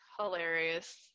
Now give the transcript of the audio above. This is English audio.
hilarious